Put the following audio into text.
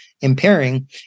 impairing